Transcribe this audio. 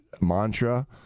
mantra